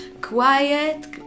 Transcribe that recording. quiet